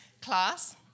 class